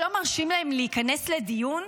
שלא מרשים להן להיכנס לדיון.